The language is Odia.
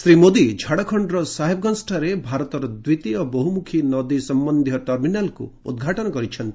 ଶ୍ରୀ ମୋଦି ଝାଡ଼ଖଣ୍ଡର ସାହବ୍ଗଞ୍ଜଠାରେ ଭାରତର ଦ୍ୱିତୀୟ ବହୁମୁଖୀ ନଦୀ ସମ୍ୟନ୍ଧୀୟ ଟର୍ମିନାଲ୍କୁ ଉଦ୍ଘାଟନ କରିଛନ୍ତି